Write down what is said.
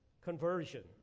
conversion